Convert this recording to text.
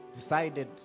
decided